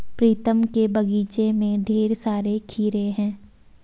प्रीतम के बगीचे में ढेर सारे खीरे हैं